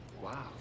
Wow